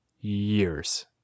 years